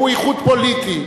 שהוא איחוד פוליטי,